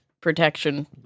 protection